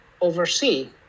oversee